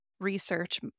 research